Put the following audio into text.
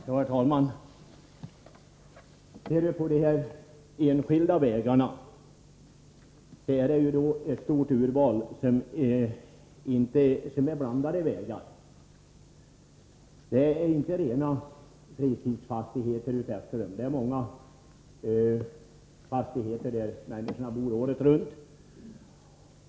Herr talman! Bland de enskilda vägarna finns det många olika typer av vägar. Det är inte bara rena fritidsfastigheter utefter dem. I många fastigheter bor människorna året runt.